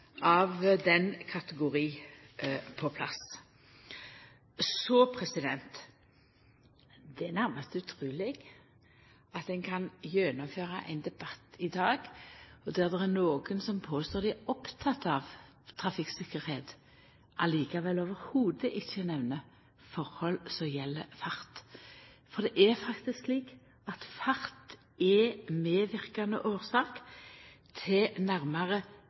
av den kategorien på plass. Så er det nærmast utruleg at ein kan gjennomføra ein debatt i dag, der det er nokre som påstår at dei er opptekne av trafikktryggleik, men som likevel i det heile ikkje nemner forhold som gjeld fart. For det er faktisk slik at fart er ei medverkande årsak til nærmare